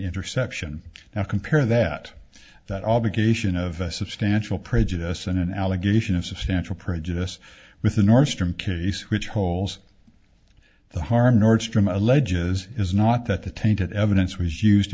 interception now compare that that obligation of a substantial prejudice in an allegation of substantial prejudice with a northeastern case which holds the harm nordstrom alleges is not that the tainted evidence was used